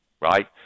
right